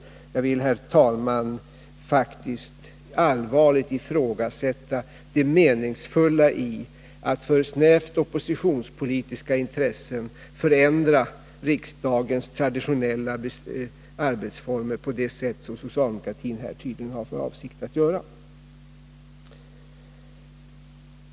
Herr talman! Jag vill faktiskt allvarligt ifrågasätta det meningsfulla i att för ett snävt oppositionspolitiskt intresse förändra riksdagens traditionella arbetsformer på det sätt som socialdemokratin här tydligen har för avsikt att göra.